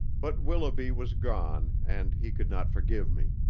but willoughby was gone, and he could not forgive me.